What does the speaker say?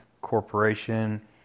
Corporation